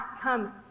come